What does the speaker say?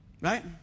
right